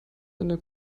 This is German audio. eine